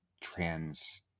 trans